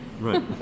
Right